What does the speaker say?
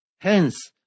hence